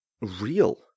real